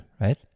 right